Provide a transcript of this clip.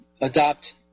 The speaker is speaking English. adopt